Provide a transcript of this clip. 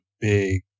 big –